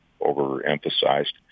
overemphasized